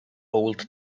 old